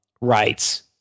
rights